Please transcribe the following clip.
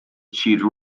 achieved